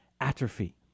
atrophy